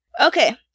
Okay